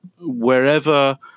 wherever